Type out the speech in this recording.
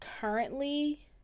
currently